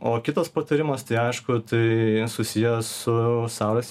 o kitas patarimas tai aišku tai susiję su saulės